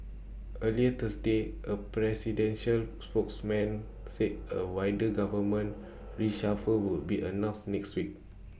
earlier Thursday A presidential spokesman said A wider government reshuffle would be announced next week